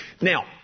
now